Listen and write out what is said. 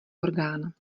orgán